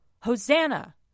Hosanna